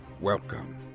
Welcome